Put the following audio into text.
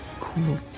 cool